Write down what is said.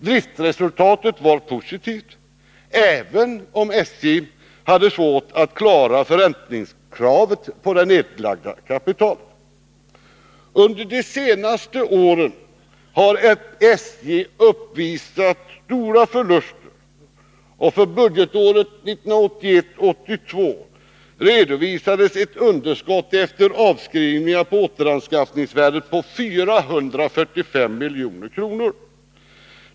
Driftsresultatet var positivt, även om SJ hade svårt att klara kravet på förräntning av det nedlagda kapitalet. Under de senaste åren har SJ uppvisat stora förluster, och för budgetåret 1981/82 redovisas ett underskott efter avskrivningar på återanskaffningsvärdet som uppgår till 445 milj.kr.